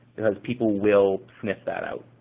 because people will sniff that out.